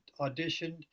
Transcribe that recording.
auditioned